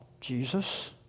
Jesus